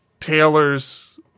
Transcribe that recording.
Taylor's